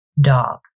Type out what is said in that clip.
dog